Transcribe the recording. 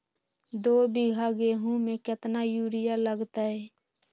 दो बीघा गेंहू में केतना यूरिया लगतै?